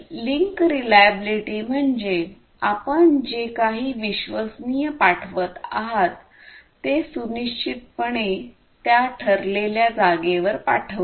link reliability म्हणजे आपण जे काही विश्वसनीयपणे पाठवित आहात ते सुनिश्चित पणे त्या ठरलेल्या जागेवर पाठवणे